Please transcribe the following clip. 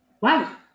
wow